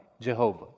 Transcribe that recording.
Jehovah